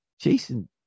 jason